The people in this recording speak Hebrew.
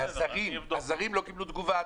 הזרים לא קבלו תגובה.